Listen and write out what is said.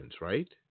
right